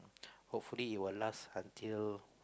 hopefully it will last until